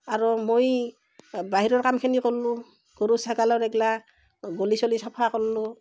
আৰু মই বাহিৰৰ কামখিনি কৰিলোঁ গৰু ছাগালৰ এইগিলাক গলি চলি চাফা কৰলোঁ